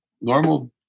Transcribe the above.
normal